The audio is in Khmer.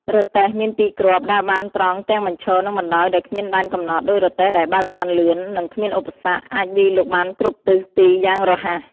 រទេះ មានពីរគ្រាប់ ដើរបានត្រង់ទាំងបញ្ឈរ និងបណ្តាយដោយគ្មានដែនកំណត់ ដូចរទេះដែលបើកបានលឿន និងគ្មានឧបសគ្គ អាចវាយលុកបានគ្រប់ទិសទីយ៉ាងរហ័ស។